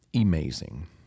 amazing